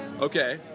Okay